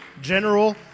general